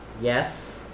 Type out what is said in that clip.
Yes